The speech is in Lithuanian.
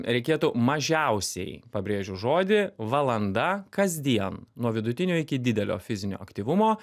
reikėtų mažiausiai pabrėžiu žodį valanda kasdien nuo vidutinio iki didelio fizinio aktyvumo